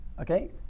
okay